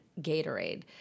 Gatorade